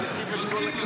תוסיף, תוסיף לו דקה.